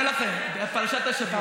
אני אומר לכם, פרשת השבוע, פרשת חוקת.